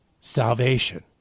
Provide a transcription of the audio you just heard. salvation